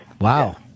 Wow